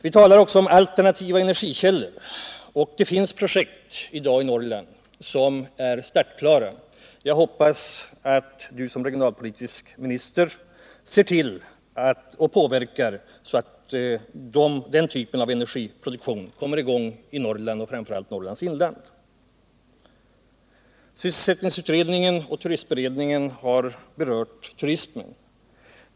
Vi talar också om alternativa energikällor. Det finns i dag projekt i Norrland som är startklara. Jag hoppas att Rolf Wirtén som regionalpolitisk minister ser till att den typen av energiproduktion kommer i gång i Norrland och framför allt i Norrlands inland. Sysselsättningsutredningen och turistberedningen har berört turismen.